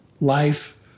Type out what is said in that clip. life